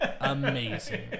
amazing